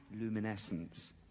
luminescence